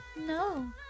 no